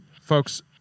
Folks